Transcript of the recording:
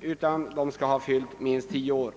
Framsätespassagerare måste ha fyllt tio år.